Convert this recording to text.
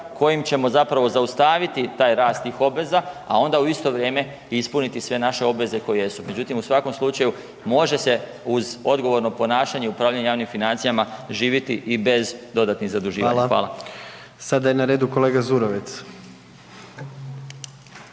kojim ćemo zaustaviti taj rast tih obveza, a onda u isto vrijeme i ispuniti sve naše obveze koje jesu. Međutim u svakom slučaju može se uz odgovorno ponašanje i upravljanje javnim financijama živjeti i bez dodatnih zaduživanja. Hvala. **Jandroković, Gordan